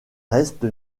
reste